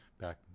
back